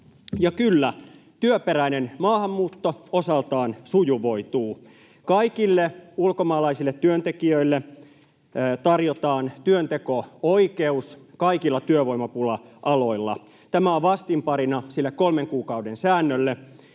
Ja kyllä, työperäinen maahanmuutto osaltaan sujuvoituu. Kaikille ulkomaalaisille työntekijöille tarjotaan työnteko-oikeus kaikilla työvoimapula-aloilla. Tämä on vastinparina sille kolmen kuukauden säännölle,